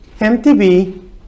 MTB